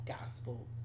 gospel